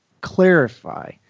clarify